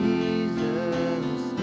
Jesus